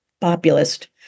populist